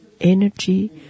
energy